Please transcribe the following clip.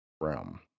realm